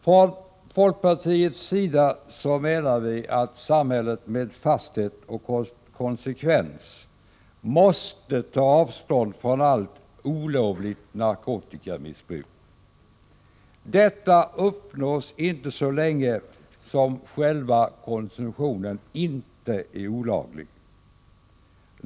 Från folkpartiets sida menar vi att samhället med fasthet och konsekvens måste ta avstånd från allt olovligt narkotikamissbruk. Detta uppnås inte så länge som själva konsumtionen inte är olaglig.